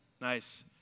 Nice